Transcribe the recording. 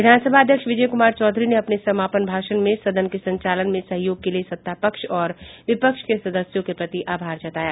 विधानसभा अध्यक्ष विजय कुमार चौधरी ने अपने समापन भाषण में सदन के संचालन में सहयोग के लिए सत्तापक्ष और विपक्ष के सदस्यों के प्रति अभार जताया